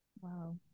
wow